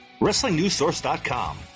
WrestlingNewsSource.com